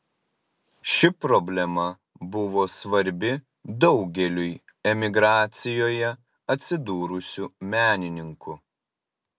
ši problema buvo svarbi daugeliui emigracijoje atsidūrusių menininkų